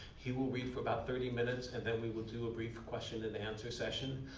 he will read for about thirty minutes and then we will do a brief question-and-answer session.